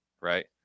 right